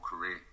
career